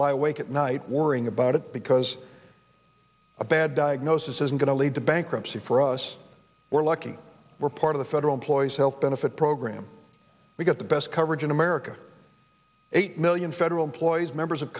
lie awake at night worrying about it because a bad diagnosis isn't going to lead to bankruptcy for us we're lucky we're part of the federal employees health benefit program we get the best coverage in america eight million federal employees members of